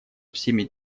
всеми